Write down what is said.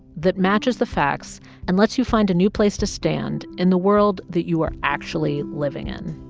that matches the facts and lets you find a new place to stand in the world that you are actually living in